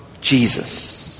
Jesus